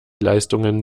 leistungen